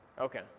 Okay